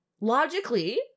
logically